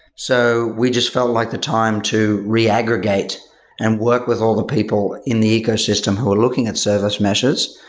so we just felt like the time to re-aggregate and work with all the people in the ecosystem who are looking at service meshes